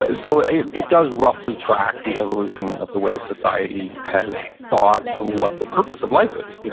ah so it does roughly track the evolution of the way society has thought of what the purpose of life is. yeah